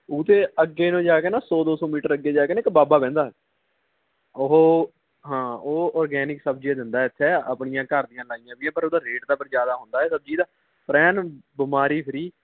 ਉਹ ਤੋਂ ਅੱਗੇ ਨੂੰ ਜਾ ਕੇ ਨਾ ਸੌ ਦੋ ਸੌ ਮੀਟਰ ਅੱਗੇ ਜਾ ਕੇ ਨਾ ਇੱਕ ਬਾਬਾ ਬਹਿੰਦਾ ਉਹ ਹਾਂ ਉਹ ਔਰਗੈਨਿਕ ਸਬਜ਼ੀਆਂ ਦਿੰਦਾ ਇੱਥੇ ਆਪਣੀਆਂ ਘਰ ਦੀਆਂ ਲਾਈਆਂ ਵੀਆਂ ਪਰ ਉਹਦਾ ਰੇਟ ਤਾਂ ਪਰ ਜ਼ਿਆਦਾ ਹੁੰਦਾ ਹੈ ਸਬਜ਼ੀ ਦਾ ਪਰ ਐਨ ਬਿਮਾਰੀ ਫ੍ਰੀ